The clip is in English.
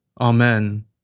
Amen